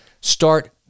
start